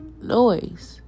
noise